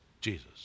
Jesus